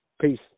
Peace